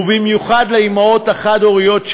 ובמיוחד לאימהות החד-הוריות,